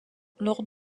lors